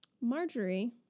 Marjorie